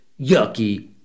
yucky